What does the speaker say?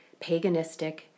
paganistic